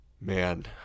man